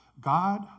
God